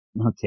Okay